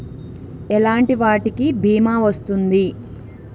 ఎలాంటి వాటికి బీమా వస్తుంది?